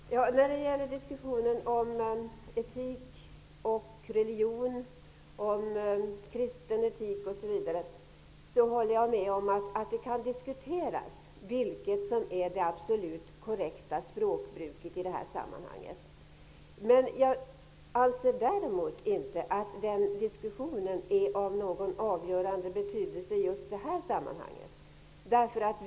Herr talman! När det gäller diskussionen om etik och religion, om kristen etik osv., håller jag med om att det kan diskuteras vilket som är det absolut korrekta språkbruket i det här sammanhanget. Däremot anser jag inte att den diskussionen har någon avgörande betydelse i det här sammanhanget.